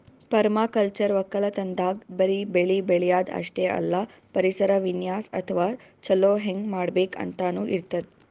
permaculture ವಕ್ಕಲತನ್ದಾಗ್ ಬರಿ ಬೆಳಿ ಬೆಳ್ಯಾದ್ ಅಷ್ಟೇ ಅಲ್ಲ ಪರಿಸರ ವಿನ್ಯಾಸ್ ಅಥವಾ ಛಲೋ ಹೆಂಗ್ ಮಾಡ್ಬೇಕ್ ಅಂತನೂ ಇರ್ತದ್